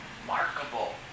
remarkable